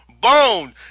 Bone